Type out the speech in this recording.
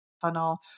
funnel